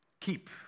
keep